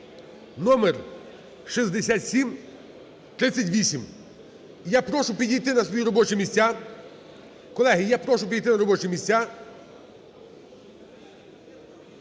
(№6738). Я прошу підійти на свої робочі місця, колеги, я прошу підійти на робочі місця.